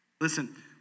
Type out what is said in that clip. Listen